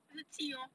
一直踢 lor